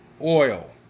oil